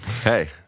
Hey